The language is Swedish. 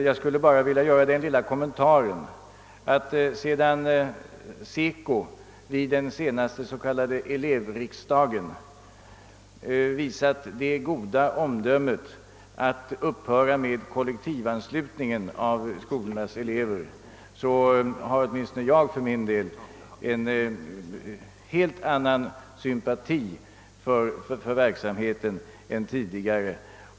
Jag skulle bara vilja göra den lilla kommentaren att sedan SECO vid den senaste så kallade elevriksdagen visat det goda omdömet att upphöra med kollektivanslutningen av skolornas elever har åtminstone jag en helt annan sympati för dess verksamhet än tidigare.